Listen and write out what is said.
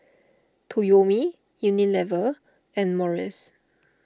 Toyomi Unilever and Morries